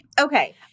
Okay